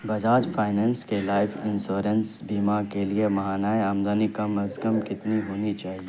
Bajaj finance کے life insurance بیمہ کے لیے ماہانہ آمدنی کم از کم کتنی ہونی چاہیے